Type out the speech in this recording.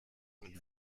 mit